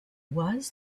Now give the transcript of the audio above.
was